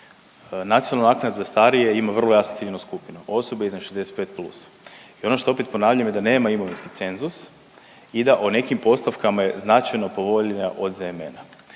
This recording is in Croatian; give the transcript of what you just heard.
Nacionalna naknada za starije ima vrlo jasnu ciljanu skupinu osobe iznad 65+. I ono što opet ponavljam je da nema imovinski cenzus i da o nekim postavkama je značajno povoljnija od ZMN-a.